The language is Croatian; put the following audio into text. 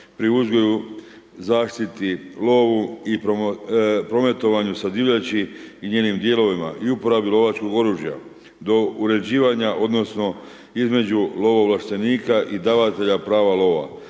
pri uzgoju, zaštiti, lovu i prometovanju sa divljači i njenim dijelovima i upravljanju lovačkog oružja do uređivanja odnosno između lovoovlaštenika i davatelja prava lova